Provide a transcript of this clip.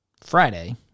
Friday